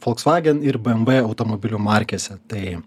volkswagen ir bmw automobilių markėse tai